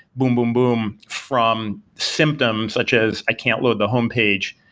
boom! boom! boom! from symptoms such as i can't load the homepage,